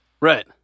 Right